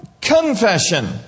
confession